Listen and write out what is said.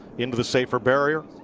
into the safer barrier.